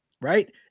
right